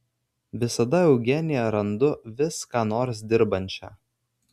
visada eugeniją randu vis ką nors dirbančią